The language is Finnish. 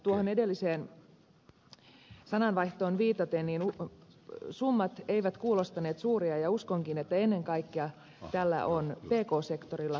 tuohon edelliseen sananvaihtoon viitaten summat eivät kuulostaneet suurilta ja uskonkin että ennen kaikkea tällä on pk sektorilla psykologinen merkitys